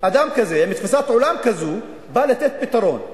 אדם כזה, עם תפיסת עולם כזאת, בא לתת פתרון.